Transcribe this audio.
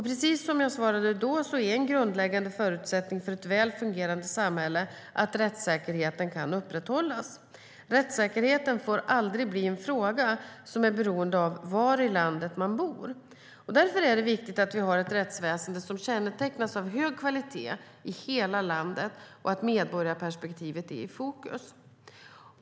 Precis som jag svarade då är en grundläggande förutsättning för ett väl fungerande samhälle att rättssäkerheten kan upprätthållas. Rättssäkerheten får aldrig bli en fråga som är beroende av var i landet man bor. Det är därför viktigt att vi har ett rättsväsen som kännetecknas av hög kvalitet i hela landet och att medborgarperspektivet är i fokus.